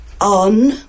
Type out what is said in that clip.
On